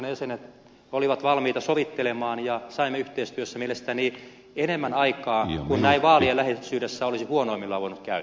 valiokunnan jäsenet olivat valmiita sovittelemaan ja saimme yhteistyössä mielestäni enemmän aikaan kuin näin vaalien läheisyydessä olisi huonoimmillaan voinut käydä